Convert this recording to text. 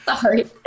Sorry